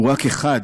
הוא רק אחד